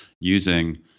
using